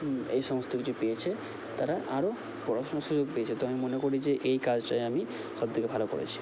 হুম এই সমস্ত কিছু পেয়েছে তারা আরও পড়াশোনার সুযোগ পেয়েছে তো আমি মনে করি যে এই কাজটাই আমি সব থেকে ভালো করেছি